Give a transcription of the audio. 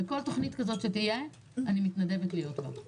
וכל תכנית כזאת שתהיה, אני מתנדבת להיות בה.